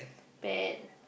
pad